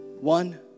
One